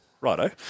righto